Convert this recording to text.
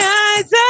eyes